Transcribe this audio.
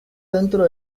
dentro